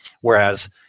Whereas